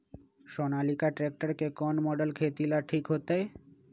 Sonalika tractor के कौन model खेती ला ठीक होतै?